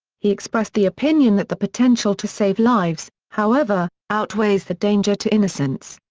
he expressed the opinion that the potential to save lives, however, outweighs the danger to innocents.